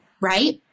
right